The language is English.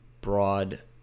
broad